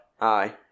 aye